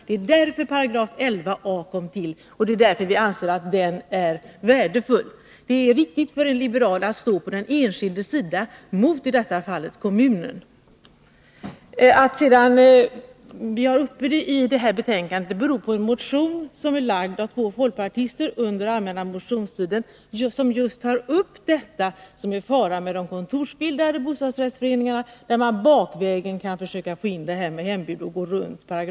Det är därför 11 a § kommit till, och det är därför vi anser att den är värdefull. Det är viktigt för en liberal att stå på den enskildes sida mot i detta fall kommunen. Att frågan tagits upp i det här betänkandet beror på en motion som väcktes av två folkpartister under allmänna motionstiden och som handlar om faran med de kontorsbildade bostadsrättsföreningarna, där man bakvägen kan försöka föra in bestämmelser om hembud och gå runt 11 a §.